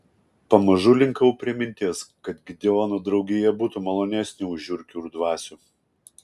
pamažu linkau prie minties kad gideono draugija būtų malonesnė už žiurkių ir dvasių